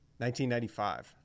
1995